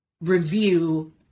review